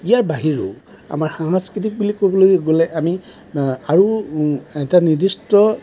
ইয়াৰ বাহিৰেও আমাৰ সাংস্কৃতিক বুলি ক'বলৈ গ'লে আমি আৰু এটা নিৰ্দিষ্ট